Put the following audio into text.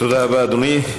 תודה רבה, אדוני.